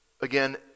Again